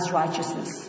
righteousness